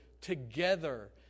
together